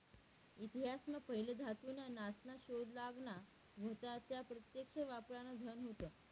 इतिहास मा पहिले धातू न्या नासना शोध लागना व्हता त्या प्रत्यक्ष वापरान धन होत